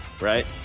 right